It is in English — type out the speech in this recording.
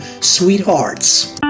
Sweethearts